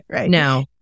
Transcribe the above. No